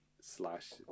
slash